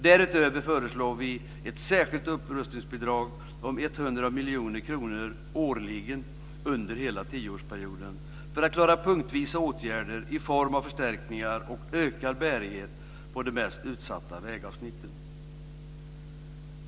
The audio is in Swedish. Därutöver föreslår vi ett särskilt upprustningsbidrag på 100 miljoner kronor årligen under hela tioårsperioden för att klara punktvisa åtgärder i form av förstärkningar och ökad bärighet på de mest utsatta vägavsnitten.